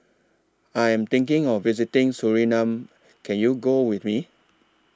I Am thinking of visiting Suriname Can YOU Go with Me